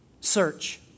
Search